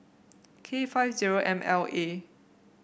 K five zero M L A